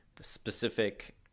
specific